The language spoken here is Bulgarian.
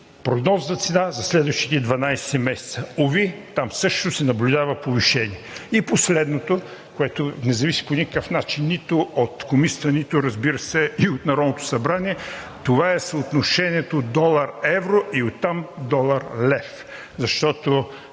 прогнозната цена за следващите 12 месеца. Уви, там също се наблюдава повишение. И последното, което не зависи по никакъв начин нито от Комисията, нито, разбира се, и от Народното събрание, е съотношението долар – евро и оттам долар – лев, защото